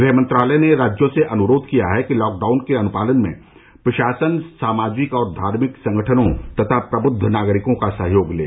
गृह मंत्रालय ने राज्यों से अनुरोध किया है कि लॉकडाउन के अनुपालन में प्रशासन सामाजिक और धार्मिक संगठनों तथा प्रबुद्ध नागरिकों का सहयोग लें